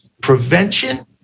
Prevention